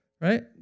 right